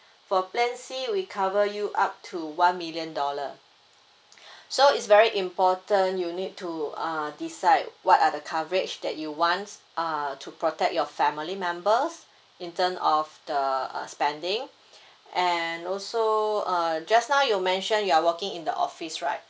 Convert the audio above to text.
for plan C we cover you up to one million dollar so it's very important you need to uh decide what are the coverage that you want uh to protect your family members in terms of the uh spending and also uh just now you mention you are working in the office right